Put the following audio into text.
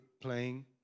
playing